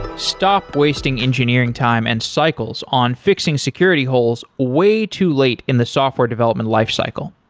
stop wasting engineering time and cycles on fixing security holes way too late in the software development life cycle.